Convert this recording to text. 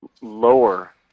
lower –